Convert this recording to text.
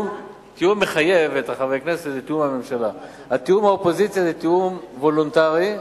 התיאום עם האופוזיציה הוא תיאום וולונטרי,